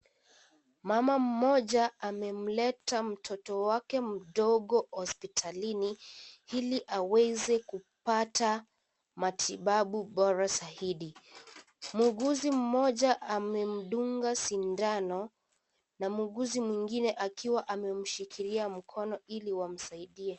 Mama mmoja amemleta mtoto wake mdogo hospitalini ili aweze kupata matibabu bora zaidi. Muuguzi mmoja amemdunga sindano na muuguzi mwingine akiwa amemshikila mkono ili wamsaidie.